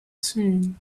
seen